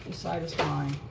side is fine.